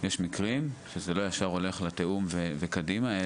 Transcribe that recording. יש מקרים שזה לא ישר הולך לתיאום וקדימה.